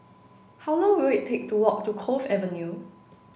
how long will it take to walk to Cove Avenue